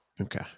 Okay